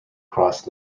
cross